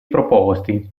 proposti